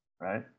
right